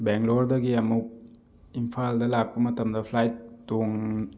ꯕꯦꯡꯒꯂꯣꯔꯗꯒꯤ ꯑꯃꯨꯛ ꯏꯝꯐꯥꯜꯗ ꯂꯥꯛꯄ ꯃꯇꯝꯗ ꯐ꯭ꯂꯥꯏꯠ ꯇꯣꯡ